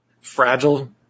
fragile